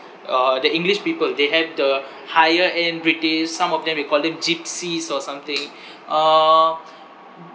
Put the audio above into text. uh the english people they have the higher end british some of them we called it gypsies or something uh